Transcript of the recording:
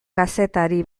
kazetari